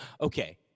Okay